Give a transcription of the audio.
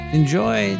enjoy